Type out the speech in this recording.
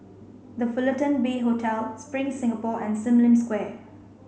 The Fullerton Bay Hotel Spring Singapore and Sim Lim Square